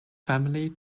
family